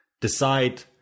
decide